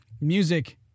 music